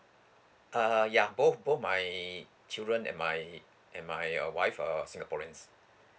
uh ya both both my children and my and my uh wife are singaporeans